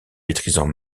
maîtrisant